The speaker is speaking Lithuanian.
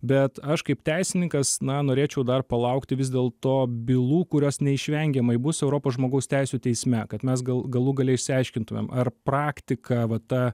bet aš kaip teisininkas na norėčiau dar palaukti vis dėlto bylų kurios neišvengiamai bus europos žmogaus teisių teisme kad mes gal galų gale išsiaiškintumėm ar praktika va ta